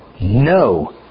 no